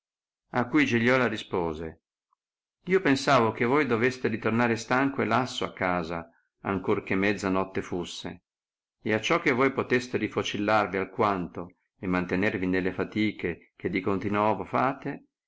a cui giliola rispose io pensavo che voi doveste ritornare stanco e lasso a casa ancor che mezza notte fusse ed acciò che voi poteste rifocillarvi alquanto e mantenervi nelle fatiche che di continovo fate